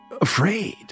afraid